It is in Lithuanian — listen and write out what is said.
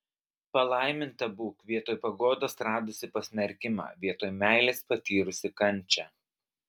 palaiminta būk vietoj paguodos radusi pasmerkimą vietoj meilės patyrusi kančią